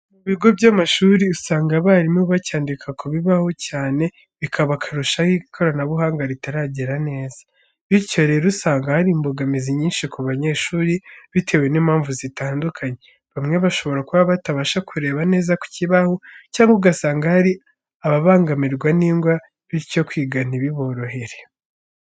Mu bigo by'amashuri, usanga abarimu bacyandika ku bibaho cyane bikaba akarusho aho ikoranabuhanga ritaragera neza. Bityo rero usanga hari imbogamizi nyinshi ku banyeshuri, bitewe n'impamvu zitandukanye, bamwe bashobora kuba batabasha kureba neza ku kibaho cyangwa ugasanga hari ababangamirwa n'ingwa bityo kwiga ntibiborohere.